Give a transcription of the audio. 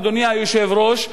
אדוני היושב-ראש,